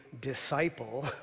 disciple